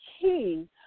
key